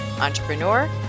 Entrepreneur